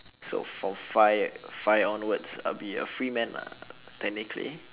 so from five five onwards I am a free man ah technically